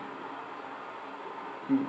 mm